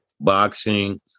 boxing